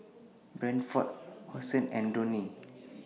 Bradford Hosen and Downy